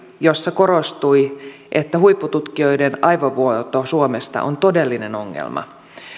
jossa korostui että huippututkijoiden aivovuoto suomesta on todellinen ongelma